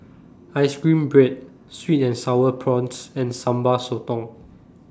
Ice Cream Bread Sweet and Sour Prawns and Sambal Sotong